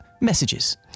messages